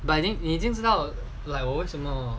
but I think 已经知道 like 我为什么